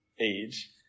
age